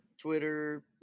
Twitter